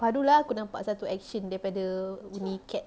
baru lah aku nampak satu action daripada only cats